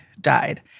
died